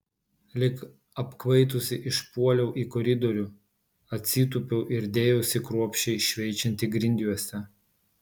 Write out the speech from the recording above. lyg apkvaitusi išpuoliau į koridorių atsitūpiau ir dėjausi kruopščiai šveičianti grindjuostę